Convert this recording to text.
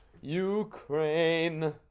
Ukraine